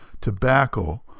tobacco